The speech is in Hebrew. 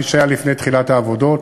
כפי שהיה לפני תחילת העבודות,